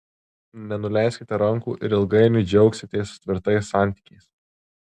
nenuleiskite rankų ir ilgainiui džiaugsitės tvirtais santykiais